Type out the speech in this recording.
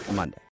monday